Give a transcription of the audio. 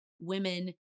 women